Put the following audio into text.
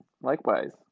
Likewise